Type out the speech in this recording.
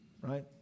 right